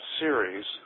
series